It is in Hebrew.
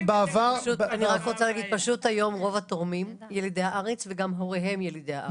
פשוט היום רוב התורמים הם ילידי הארץ וגם הוריהם הם ילידי הארץ.